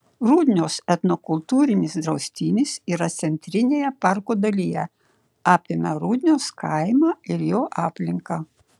rudnios etnokultūrinis draustinis yra centrinėje parko dalyje apima rudnios kaimą ir jo aplinką